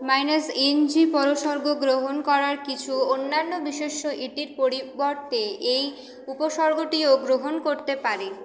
minus NG পরসর্গ গ্রহণ করার কিছু অন্যান্য বিশেষ্য এটির পরিবর্তে এই উপসর্গটিও গ্রহণ করতে পারে